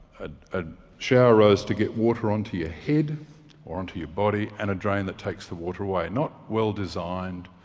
ah a shower rose to get water onto your head or onto your body, and a drain that takes the water away? not well-designed,